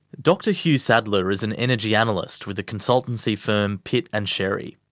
dr hugh saddler is an energy analyst with the consultancy firm pitt and sherry.